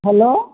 hello